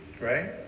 right